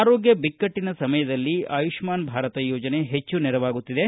ಆರೋಗ್ಯ ಬಿಕ್ಕಟ್ಟನ ಸಮಯದಲ್ಲಿ ಆಯುಷ್ಠಾನ್ ಭಾರತ್ ಯೋಜನೆ ಹೆಚ್ಚು ನೆರವಾಗುತ್ತಿದೆ